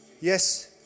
yes